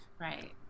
right